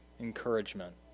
encouragement